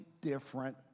different